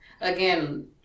again